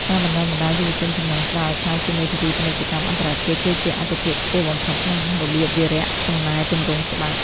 ការបណ្ដុះបណ្ដាលយុវជនជំនាន់ក្រោយឱ្យក្លាយជាមេធាវីពាណិជ្ជកម្មអន្តរជាតិ គឺជាអាទិភាពខ្ពស់បំផុតក្នុងរបៀបវារៈកំណែទម្រង់ច្បាប់។